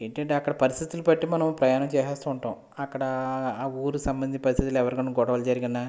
ఏంటంటే అక్కడ పరిస్థితులను బట్టి మనం ప్రయాణం చేసేస్తూ ఉంటాము అక్కడ ఆ ఊరు సంబంధించిన పరిస్థితులకి ఎవరికైనా గొడవలు జరిగినా